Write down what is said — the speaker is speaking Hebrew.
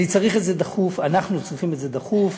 אני צריך את זה דחוף, אנחנו צריכים את זה דחוף,